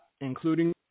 including